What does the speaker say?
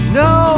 no